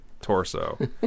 torso